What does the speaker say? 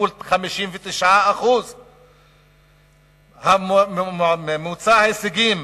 מול 59%. ממוצע ההישגים